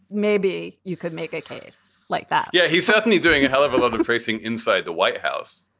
maybe you could make a case like that yeah. he's certainly doing a hell of a lot of tracing inside the white house.